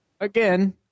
again